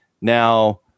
now